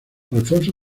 alfonso